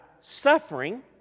suffering